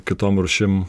kitom rūšim